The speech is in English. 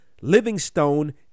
Livingstone